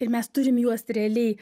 ir mes turim juos realiai